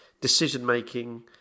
decision-making